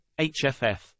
HFF